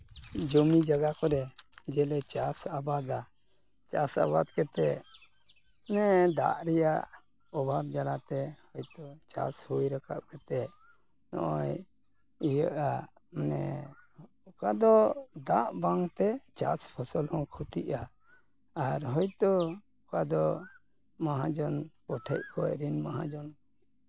ᱡᱚᱢᱤ ᱡᱟᱭᱜᱟ ᱠᱚᱨᱮ ᱡᱮᱞᱮ ᱪᱟᱥ ᱟᱵᱟᱫᱟ ᱪᱟᱥ ᱟᱵᱟᱫ ᱠᱟᱛᱮ ᱫᱟᱜ ᱨᱮᱭᱟᱜ ᱚᱵᱷᱟᱵ ᱡᱟᱞᱟᱛᱮ ᱦᱚᱭᱛᱳ ᱪᱟᱥ ᱦᱩᱭ ᱨᱟᱠᱟᱵ ᱠᱟᱛᱮ ᱱᱚᱜᱼᱚᱸᱭ ᱤᱭᱟᱹᱜᱼᱟ ᱢᱟᱱᱮ ᱚᱠᱟ ᱫᱚ ᱫᱟᱜ ᱵᱟᱝ ᱛᱮ ᱪᱟᱥ ᱯᱷᱚᱥᱚᱞ ᱦᱚᱸ ᱠᱷᱚᱛᱤᱜᱼᱟ ᱟᱨ ᱦᱚᱭᱛᱳ ᱚᱠᱟ ᱫᱚ ᱢᱟᱦᱟᱡᱚᱱ ᱠᱚᱴᱷᱮᱡ ᱠᱷᱚᱡ ᱚᱠᱚᱭ ᱨᱮᱱ ᱢᱚᱦᱟᱡᱚᱱ